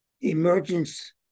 emergence